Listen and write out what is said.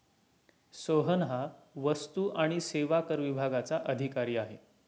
सोहन हा वस्तू आणि सेवा कर विभागाचा अधिकारी आहे